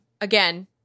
again